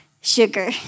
sugar